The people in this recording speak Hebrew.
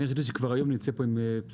אני חשבתי שכבר היום נצא פה עם בשורה.